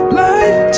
life